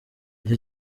icyo